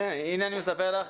הנה אני מספר לך,